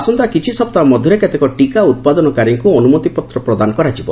ଆସନ୍ତା କିଛି ସପ୍ତାହ ମଧ୍ୟରେ କେତେକ ଟିକା ଉତ୍ପାଦନକାରୀଙ୍କ ଅନୁମତିପତ୍ର ପ୍ରଦାନ କରାଯିବ